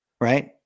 right